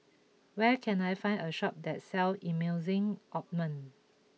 where can I find a shop that sell Emulsying Ointment